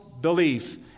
belief